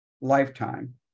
lifetime